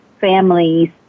families